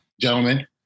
Gentlemen